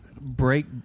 break